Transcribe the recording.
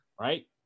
right